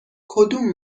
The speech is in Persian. کدوم